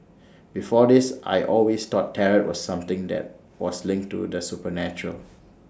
before this I always thought tarot was something that was linked to the supernatural